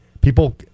People